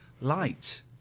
light